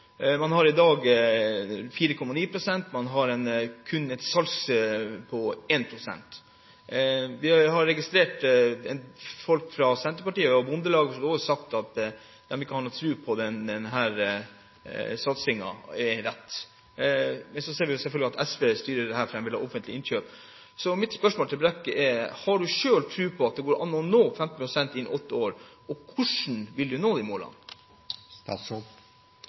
man har en omsetning på kun 1 pst. Vi har registrert at folk fra Senterpartiet og Bondelaget også har sagt at de ikke har noen tro på at denne satsingen er riktig. Men så ser vi selvfølgelig at SV styrer dette, for de vil ha offentlig innkjøp. Mitt spørsmål til Brekk er: Har han selv tro på at det går an å nå 15 pst. innen åtte år, og hvordan vil han nå disse målene?